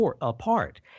apart